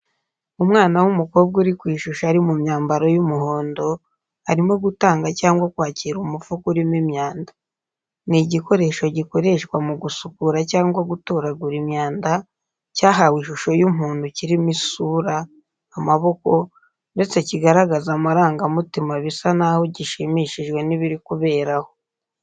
Umwana w’umukobwa uri ku ishusho ari mu myambaro y'umuhondo arimo gutanga cyangwa kwakira umufuka urimo imyanda. Ni igikoresho gikoreshwa mu gusukura cyangwa gutoragura imyanda cyahawe ishusho y’umuntu kirimo isura, amaboko, ndetse kigaragaza amarangamutima bisa n’aho gishimishijwe n’ibiri kubera aho.